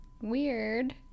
weird